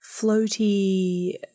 floaty